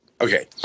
okay